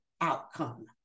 outcome